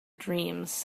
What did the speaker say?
dreams